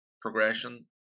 progression